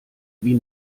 wie